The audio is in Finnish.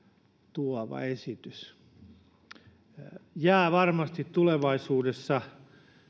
tuova malli se jää varmasti tulevaisuudessa